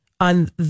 on